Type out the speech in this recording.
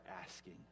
asking